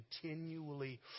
continually